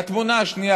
והתמונה השנייה,